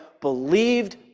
believed